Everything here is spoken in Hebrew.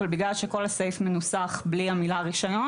אבל בגלל שכל הסעיף מנוסח בלי המילה רישיון